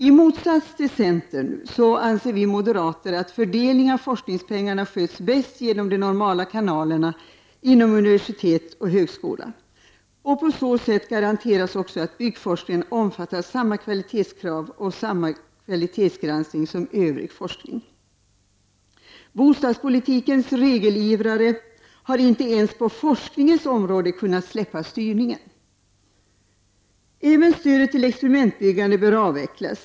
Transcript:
I motsats till centern anser vi moderater att fördelningen av forskningspengarna sköts bäst genom de normala kanalerna inom universitet och högskola. På så sätt garanteras att byggforskningen omfattas av samma kvalitetskrav och kvalitetsgranskning som övrig forskning. Bostadspolitikens regleringsivrare har inte ens på forskningens område kunnat släppa styrningen, Även stödet till experimentbyggandet bör avvecklas.